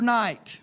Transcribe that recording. night